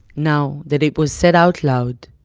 now that it was said out loud,